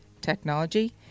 technology